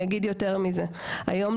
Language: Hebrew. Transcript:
יתרה מכך,